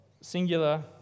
singular